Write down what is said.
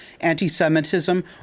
anti-Semitism